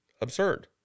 absurd